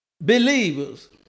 believers